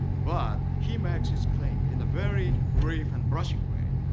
but he makes his claim in a very brief and brushing way.